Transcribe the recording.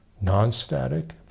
non-static